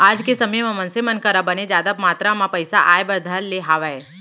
आज के समे म मनसे मन करा बने जादा मातरा म पइसा आय बर धर ले हावय